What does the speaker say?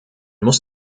muss